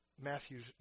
Matthew's